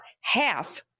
half